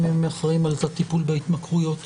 אם הם --- את הטיפול בהתמכרויות,